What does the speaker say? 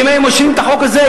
אם היו מאשרים את החוק הזה,